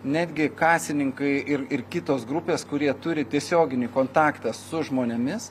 netgi kasininkai ir ir kitos grupės kurie turi tiesioginį kontaktą su žmonėmis